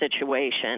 situation